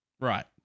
Right